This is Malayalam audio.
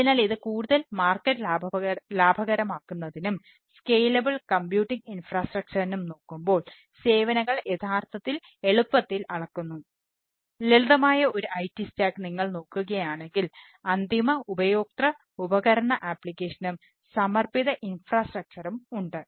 അതിനാൽ ഇത് കൂടുതൽ മാർക്കറ്റ് ഉണ്ട്